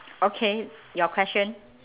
okay your question